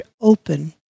open